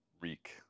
reek